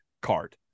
card